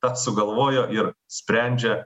tą sugalvojo ir sprendžia